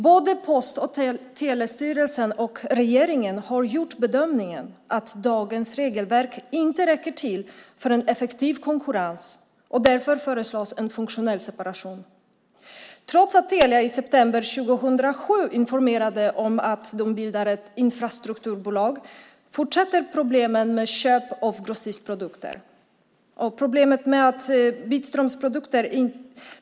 Både Post och telestyrelsen och regeringen har gjort bedömningen att dagens regelverk inte räcker till för en effektiv konkurrens och därför föreslås en funktionell separation. Trots att Telia i september 2007 informerade om att de bildar ett infrastrukturbolag fortsätter problemen med köp av grossistprodukter.